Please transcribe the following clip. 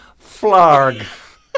Flarg